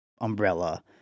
umbrella